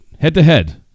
head-to-head